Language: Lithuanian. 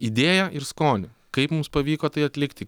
idėją ir skonį kaip mums pavyko tai atlikti